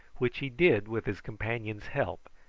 which he did with his companion's help,